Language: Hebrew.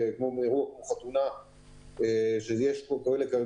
אנשים, בחתונה יש מגעים כאלו